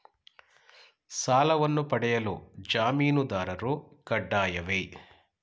ಸಾಲವನ್ನು ಪಡೆಯಲು ಜಾಮೀನುದಾರರು ಕಡ್ಡಾಯವೇ?